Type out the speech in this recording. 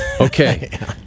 Okay